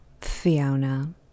Fiona